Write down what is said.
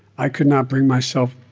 i could not bring myself